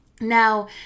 Now